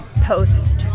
posts